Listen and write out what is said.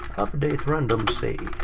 update random seed.